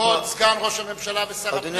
כבוד סגן ראש הממשלה ושר הפנים, בבקשה.